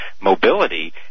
mobility